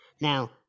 now